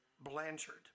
Blanchard